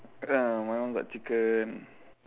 ah my one got chicken